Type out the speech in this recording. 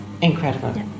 Incredible